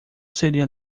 seria